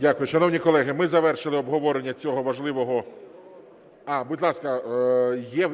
Дякую. Шановні колеги, ми завершили обговорення цього важливого... А, будь ласка,